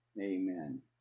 Amen